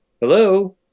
Hello